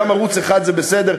גם ערוץ 1 זה בסדר,